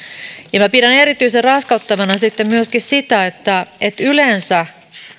minä pidän erityisen raskauttavana sitten myöskin sitä että että yleensä